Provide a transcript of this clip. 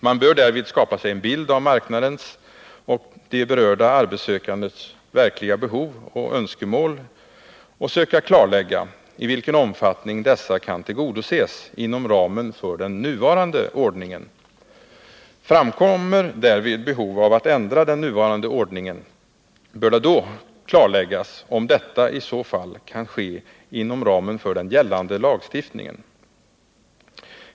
Man bör därvid skapa sig en bild av marknadens och berörda arbetssökandes behov och önskemål och söka klarlägga i vilken omfattning dessa kan tillgodoses inom ramen för den nuvarande ordningen. Framkommer därvid behov av att ändra den nuvarande ordningen, bör det då klarläggas om detta i så fall kan ske inom ramen för den gällande lagstiftningen.